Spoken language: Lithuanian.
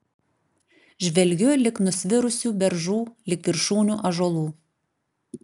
žvelgiu lig nusvirusių beržų lig viršūnių ąžuolų